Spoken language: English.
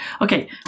Okay